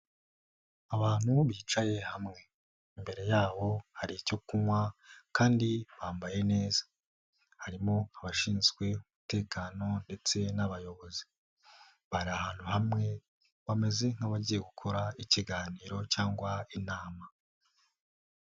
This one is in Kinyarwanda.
Abantu bicaye hamwe, imbere yaho hari icyo kunywa kandi bambaye neza, harimo abashinzwe umutekano ndetse n'abayobozi, bari ahantu hamwe bameze nk'abagiye gukora ikiganiro cyangwa intama.